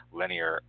linear